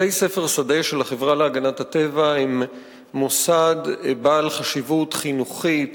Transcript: בתי-ספר שדה של החברה להגנת הטבע הם מוסד בעל חשיבות חינוכית,